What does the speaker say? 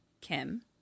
Kim